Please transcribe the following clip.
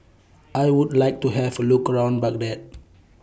I Would like to Have A Look around Baghdad